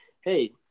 hey